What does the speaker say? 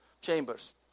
Chambers